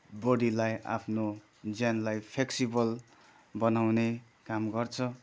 बडीलाई आफ्नो ज्यानलाई फ्लेकक्सिबल बनाउने काम गर्छ